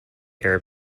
arab